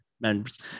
members